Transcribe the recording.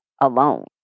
alone